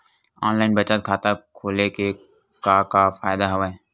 online बचत खाता खोले के का का फ़ायदा हवय